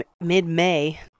mid-May